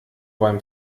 beim